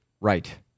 Right